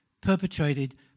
perpetrated